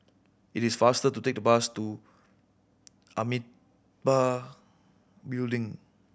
it is faster to take the bus to Building